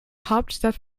hauptstadt